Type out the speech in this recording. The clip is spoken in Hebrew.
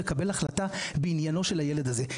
לקבל החלטה בעניינו של הילד הזה,